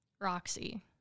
roxy